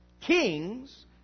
Kings